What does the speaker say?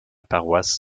paroisse